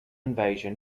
invasion